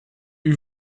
eût